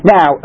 Now